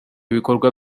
ibikorwa